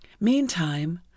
meantime